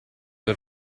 del